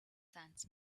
sands